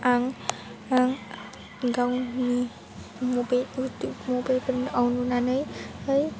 आं गावनि मबेलफोराव नुनानै